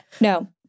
No